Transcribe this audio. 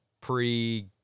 pre